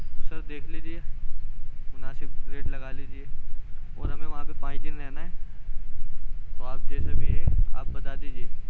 تو سر دیکھ لیجیے مناسب ریٹ لگا لیجیے اور ہمیں وہاں پہ پانچ دن رہنا ہے تو آپ جیسا بھی ہے آپ بتا دیجیے